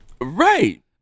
Right